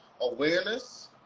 awareness